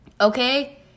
Okay